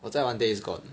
我在玩 Days Gone